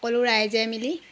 সকলো ৰাইজে মিলি